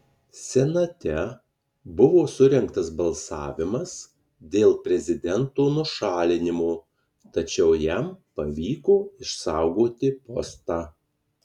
senate buvo surengtas balsavimas dėl prezidento nušalinimo tačiau jam pavyko išsaugoti postą